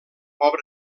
obra